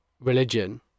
religion